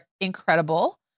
incredible